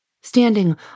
standing